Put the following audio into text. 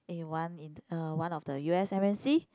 eh one in uh one of the U_S M_N_C